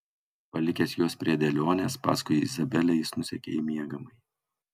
palikęs juos prie dėlionės paskui izabelę jis nusekė į miegamąjį